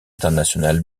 internationale